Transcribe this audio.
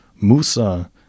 Musa